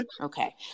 Okay